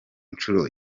nshuro